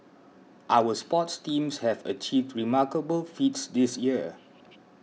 our sports teams have achieved remarkable feats this year